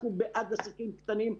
אנחנו בעד עסקים קטנים,